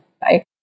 bye